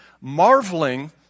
marveling